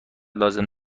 لازم